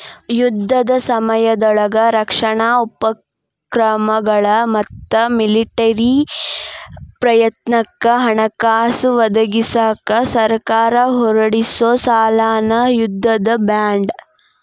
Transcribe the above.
ಯುದ್ಧದ ಸಮಯದೊಳಗ ರಕ್ಷಣಾ ಉಪಕ್ರಮಗಳ ಮತ್ತ ಮಿಲಿಟರಿ ಪ್ರಯತ್ನಕ್ಕ ಹಣಕಾಸ ಒದಗಿಸಕ ಸರ್ಕಾರ ಹೊರಡಿಸೊ ಸಾಲನ ಯುದ್ಧದ ಬಾಂಡ್